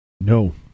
No